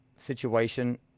situation